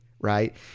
right